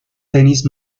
tennis